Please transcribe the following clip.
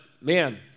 Man